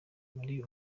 muri